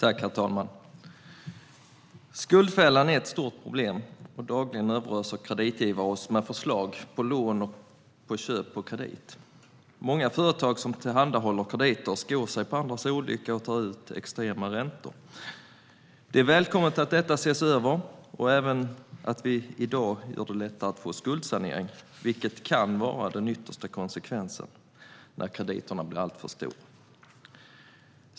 Herr talman! Skuldfällan är ett stort problem. Dagligen överöser kreditgivare oss med förslag på lån och köp på kredit. Många företag som tillhandahåller krediter skor sig på andras olycka och tar ut extrema räntor. Det är välkommet att detta ses över och även att vi i dag gör det lättare att få skuldsanering, vilket kan vara den yttersta konsekvensen när krediterna blir alltför stora.